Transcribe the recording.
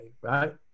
right